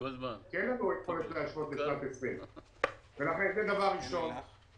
כי אין לנו יכולת להשוות לשנת 20'. דבר שני,